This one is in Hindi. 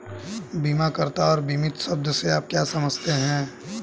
बीमाकर्ता और बीमित शब्द से आप क्या समझते हैं?